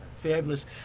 Fabulous